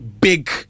big